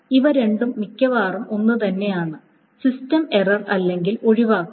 ഇവ രണ്ടും മിക്കവാറും ഒന്നുതന്നെയാണ് സിസ്റ്റം എറർ അല്ലെങ്കിൽ ഒഴിവാക്കൽ